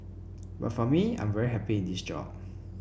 but for me I am very happy in this job